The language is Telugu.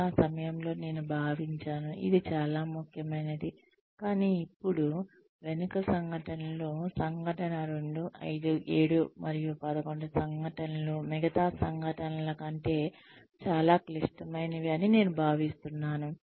అది ఆ సమయంలో నేను భావించాను ఇది చాలా ముఖ్యమైనది కానీ ఇప్పుడు వెనుక సంఘటనలో సంఘటన 2 5 7 మరియు 11 సంఘటనలు మిగతా సంఘటనల కంటే చాలా క్లిష్టమైనవి అని నేను భావిస్తున్నాను